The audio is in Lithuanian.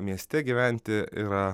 mieste gyventi yra